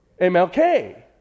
MLK